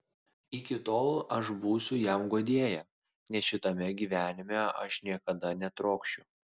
iki tol aš būsiu jam guodėja nes šitame gyvenime aš niekada netrokšiu